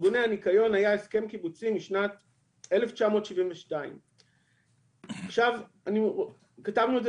לארגוני הניקיון היה הסכם קיבוצי משנת 1972. כתבנו את זה